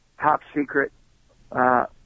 top-secret